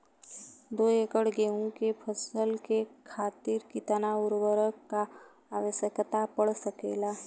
दो एकड़ गेहूँ के फसल के खातीर कितना उर्वरक क आवश्यकता पड़ सकेल?